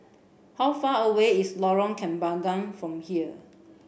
how far away is Lorong Kembagan from here